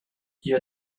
you